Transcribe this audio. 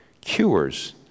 Cures